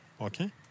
okay